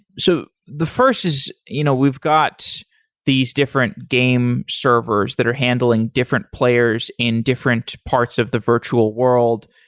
so the first is you know we've got these different game servers that are handling different players in different parts of the virtual world,